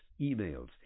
emails